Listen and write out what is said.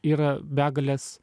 yra begalės